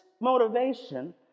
motivation